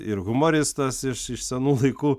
ir humoristas iš iš senų laikų